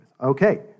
Okay